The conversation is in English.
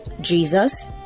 Jesus